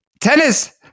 tennis